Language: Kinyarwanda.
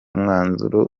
mwanzuro